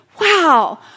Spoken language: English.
wow